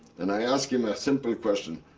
and i ask him a simple question,